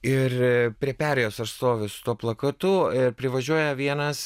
ir prie perėjos aš stoviu su tuo plakatu privažiuoja vienas